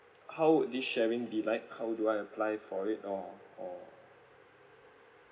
how this sharing be like how do I apply for it or or